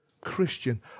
Christian